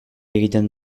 egiten